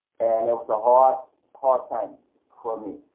and it was a hard hard time for me.